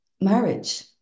marriage